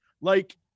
like-